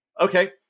Okay